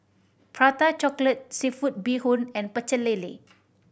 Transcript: Prata Chocolate seafood bee hoon and Pecel Lele